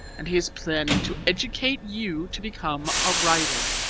and he is planning to educate you to become a writer